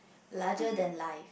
larger than life